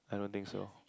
I don't think so